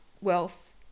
wealth